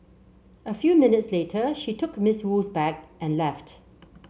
a few minutes later she took Miss Wu's bag and left